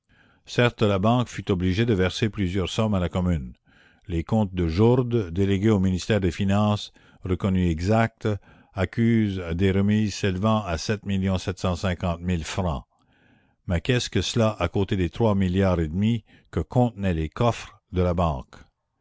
certes la banque fut obligée de verser plusieurs sommes à la commune les comptes de jourde délégué au ministère des finances reconnus exacts accusent des remises s'élevant à francs mais qu'est-ce que cela à côté des trois milliards que contenaient les coffres de la banque